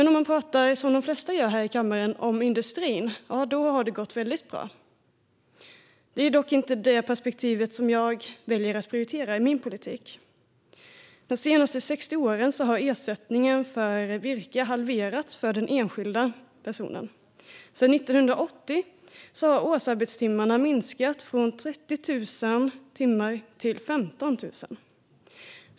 Om man, som de flesta här i kammaren gör, talar om industrin har det gått väldigt bra. Det är dock inte detta perspektiv jag väljer att prioritera i min politik. De senaste 60 åren har ersättningen för virke halverats för den enskilda personen. Sedan 1980 har årsarbetstimmarna minskat från 30 000 timmar till 15 000.